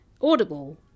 Audible